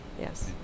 yes